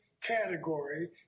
category